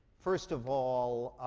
first of all,